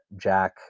Jack